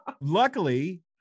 Luckily